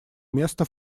место